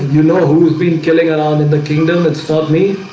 you know who's been killing around in the kingdom, it's not me